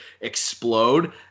explode